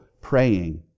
praying